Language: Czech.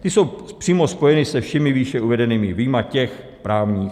Ty jsou přímo spojeny se všemi výše uvedenými, vyjma těch právních.